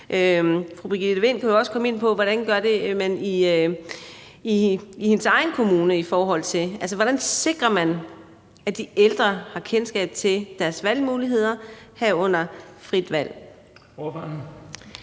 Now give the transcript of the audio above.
hvordan man sikrer, at de ældre har kendskab til deres valgmuligheder, herunder frit valg.